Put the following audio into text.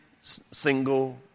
single